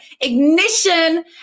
ignition